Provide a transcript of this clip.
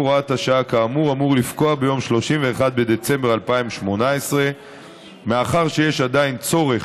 תוקף הוראת השעה אמור לפקוע ב-31 בדצמבר 2018. מאחר שיש עדיין צורך